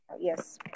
Yes